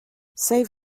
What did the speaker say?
save